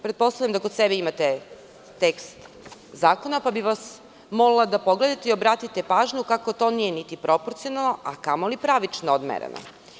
Pretpostavljam da kod sebe imate tekst zakona, pa bi vas molila da pogledate i obratite pažnju kako to nije niti proporcionalno, a kamo li pravično odmereno.